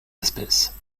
espèces